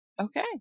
Okay